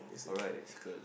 alright is girl